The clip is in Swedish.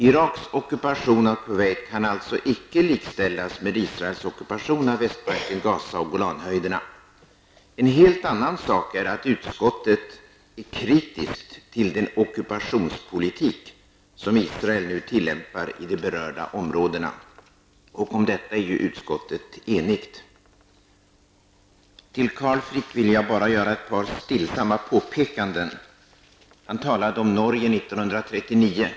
Iraks ockupation av Kuwait kan alltså icke likställas med Israels ockupation av Västbanken, Gaza och En helt annan sak är att utskottet är kritiskt till den ockupationspolitik som Israel nu tillämpar i de berörda områdena, och om detta är ju utskottet enigt. För Carl Frick vill jag bara göra ett par stillsamma påpekanden. Han talade om år 1939.